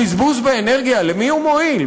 הבזבוז באנרגיה, למי הוא מועיל?